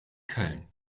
köln